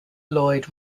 lloyd